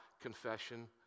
confession